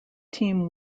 team